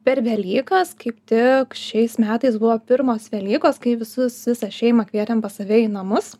per velykas kaip tik šiais metais buvo pirmos velykos kai visus visą šeimą kvietėm pas save į namus